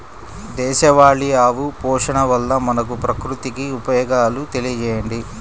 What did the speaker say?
దేశవాళీ ఆవు పోషణ వల్ల మనకు, ప్రకృతికి ఉపయోగాలు తెలియచేయండి?